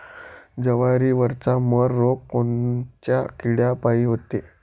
जवारीवरचा मर रोग कोनच्या किड्यापायी होते?